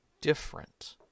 different